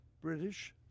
British